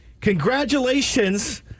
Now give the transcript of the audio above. congratulations